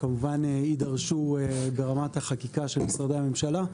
שכמובן יידרשו ברמת החקיקה של משרדי הממשלה,